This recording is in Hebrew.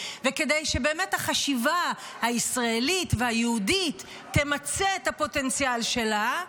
וכדי שבאמת החשיבה הישראלית והיהודית תמצה את הפוטנציאל שלה.